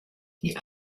die